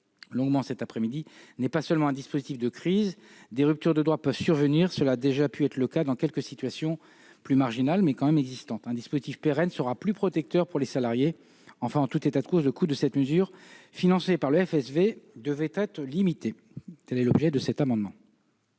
longuement cet après-midi -, n'est pas seulement un dispositif de crise ; des ruptures de droits peuvent survenir- cela a déjà pu être le cas dans quelques situations plus marginales, mais réelles. Un dispositif pérenne sera plus protecteur pour les salariés. Enfin, en tout état de cause, le coût de cette mesure financée par le FSV devrait être limité. La parole est à M.